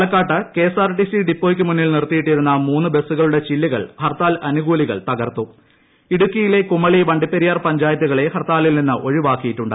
പാലക്കാട്ട് കെഎസ്ആർടിസി ഡിപ്പോയ്ക്കു മുന്നിൽ നിർത്തിയിട്ടിരുന്ന മൂന്നു ബസുകളുടെ ചില്ലുകൾ ഹർത്താൽ അനുകൂലികൾ തകർത്തു ഇടുക്കിയിലെ കുമളി വണ്ടിപ്പെരിയാർ പഞ്ചായത്തുകളെ ഹർത്താലിൽ നിന്ന് ഒഴിവാക്കിയിട്ടുണ്ട്